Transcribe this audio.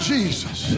Jesus